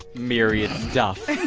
myriad stuff